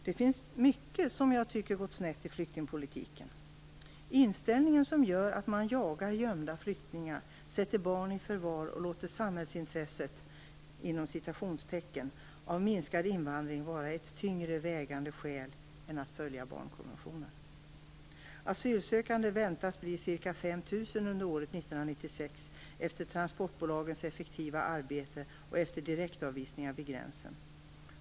Det finns mycket som jag tycker har gått snett i flyktingpolitiken, bl.a. den inställning som gör att man jagar gömda flyktingar, sätter barn i förvar och låter "samhällsintresset" av minskad invandring vara ett tyngre vägande skäl än att följa barnkonventionen. Antalet asylsökande väntas bli ca 5 000 under år 1996, efter transportbolagens effektiva arbete och efter direktavvisningar vid gränsen.